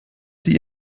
sie